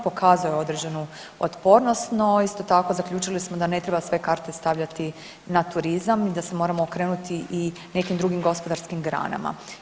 Pokazao je određenu otpornost, no isto tako zaključili smo da ne treba sve karte stavljati na turizam i da se moramo okrenuti i nekim drugim gospodarskim granama.